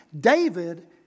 David